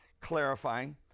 clarifying